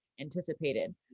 anticipated